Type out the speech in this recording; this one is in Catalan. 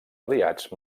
aliats